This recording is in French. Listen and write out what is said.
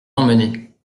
emmener